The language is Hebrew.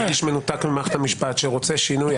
שרוצה שינוי,